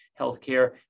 Healthcare